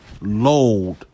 load